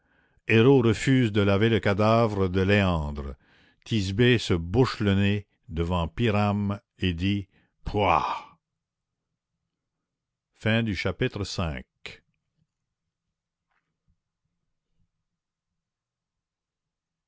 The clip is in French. héro refuse de laver le cadavre de léandre thisbé se bouche le nez devant pyrame et dit pouah chapitre vi